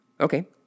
Okay